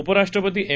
उपराष्ट्रपती एम